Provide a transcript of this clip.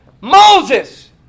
Moses